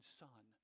son